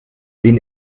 den